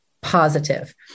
positive